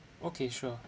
okay sure